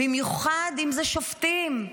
במיוחד אם אלה שופטים.